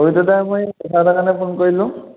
পবিত্ৰ দা মই কথা এটা কাৰণে ফোন কৰিলোঁ